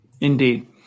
Indeed